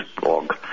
blog